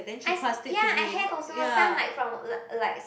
I ya I have also some like from like likes